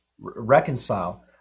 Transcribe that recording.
reconcile